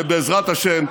בעזרת השם,